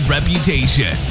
Reputation